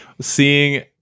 seeing